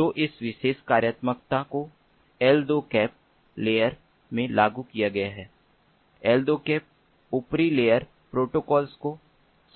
तो इस विशेष कार्यक्षमता को एल2 कैप लेयर में लागू किया गया है एल2 कैप उपरी लेयर प्रोटोकॉल को